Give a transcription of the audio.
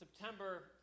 September